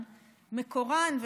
מקורן,